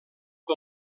que